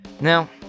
Now